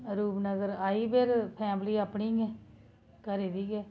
रूपनगर आई फिर फैमिली अपनी घरै दी गै